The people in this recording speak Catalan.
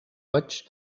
roig